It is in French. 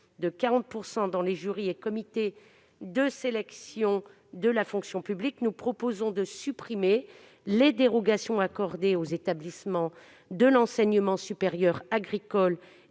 de 40 % dans les jurys et comités de sélection de la fonction publique, nous proposons de supprimer les dérogations accordées aux établissements publics de l'enseignement supérieur agricole